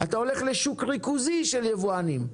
אתה הולך לשוק ריכוזי של יבואנים,